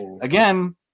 again